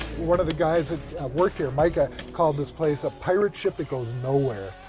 one of the guys that worked here, mica, called this place a pirate ship that goes nowhere.